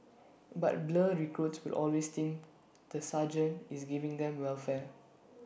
but blur recruits will always think the sergeant is giving them welfare